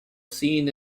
seen